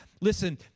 Listen